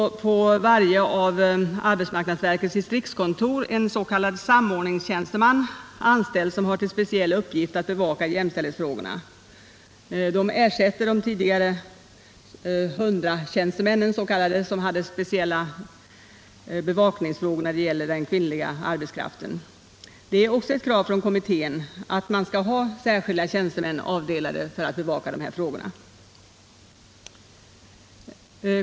Det finns nu på arbetsmarknadsverkets alla distriktskontor en s.k. samordningstjänsteman anställd, som har till speciell uppgift att bevaka = Nr 24 jämställdhetsfrågorna. Dessa tjänstemän ersätter de tidigare s.k. 100 tjänstemännen som skulle handlägga speciella frågor när det gäller den kvinnliga arbetskraften. Det är också ett krav från kommittén att man skall I ha särskilda tjänstemän avdelade för att bevaka dessa frågor.